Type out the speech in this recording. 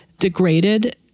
degraded